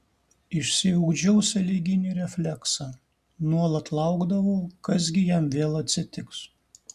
išsiugdžiau sąlyginį refleksą nuolat laukdavau kas gi jam vėl atsitiks